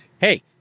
hey